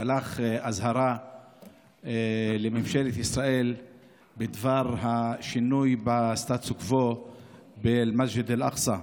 שלח אזהרה לממשלת ישראל בדבר השינוי בסטטוס קוו באל-מסג'ד אל-אקצא,